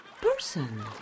Person